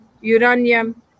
uranium